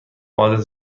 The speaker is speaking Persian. آدرس